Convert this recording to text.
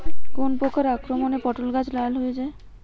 কোন প্রকার আক্রমণে পটল গাছ লাল হয়ে যায়?